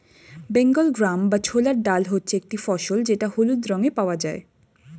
Bengal gram বা ছোলার ডাল হচ্ছে একটি ফসল যেটা হলুদ রঙে পাওয়া যায়